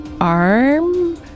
arm